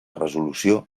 resolució